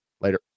Later